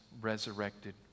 resurrected